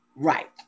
Right